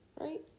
right